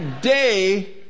Day